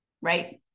Right